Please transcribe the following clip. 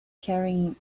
carrying